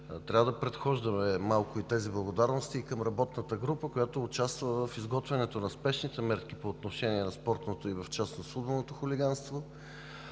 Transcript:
Трябва да предхождаме малко тези благодарности и към работната група, която участва в изготвянето на спешните мерки по отношение на спортното и в частност на футболното хулиганство.